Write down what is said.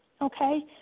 okay